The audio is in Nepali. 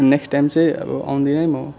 नेक्स टाइम चाहिँ अब आउँदिन है म